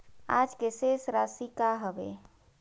आज के शेष राशि का हवे?